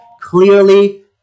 clearly